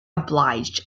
obliged